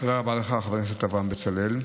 תודה רבה לך, חבר הכנסת אברהם בצלאל.